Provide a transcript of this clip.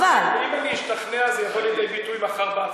ואם אני אשתכנע, זה יבוא לידי ביטוי מחר בהצבעה.